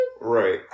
Right